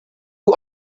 two